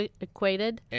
equated